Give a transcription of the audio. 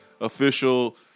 Official